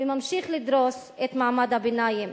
וממשיך לדרוס את מעמד הביניים.